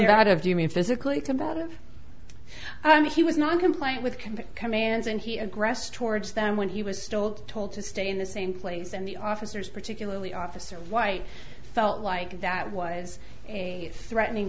coming out of do you mean physically combative he was not complying with convict commands and he aggress towards them when he was still told to stay in the same place and the officers particularly officer white felt like that was a threatening